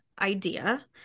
idea